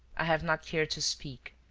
i have not cared to speak,